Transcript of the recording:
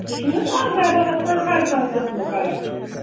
سُہ چھُنہٕ حظ اَکھ ڈَبہٕ آسان ہر کانٛہہ قٕسمُک کَلَر چھِ